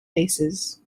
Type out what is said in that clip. basses